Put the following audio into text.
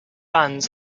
bands